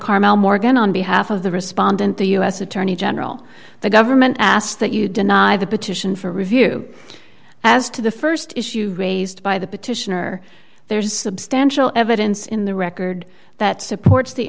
carmel morgan on behalf of the respondent the u s attorney general the government asked that you deny the petition for review as to the st issue raised by the petitioner there's substantial evidence in the record that supports the